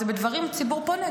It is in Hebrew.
זה בדברים שהציבור פונה,